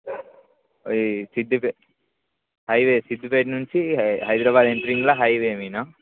ఈ సిద్ధిపే హైవే సిద్ధిపేట నుంచి హైదరాబాద్ ఎంట్రింగ్లో హైవే మీదనా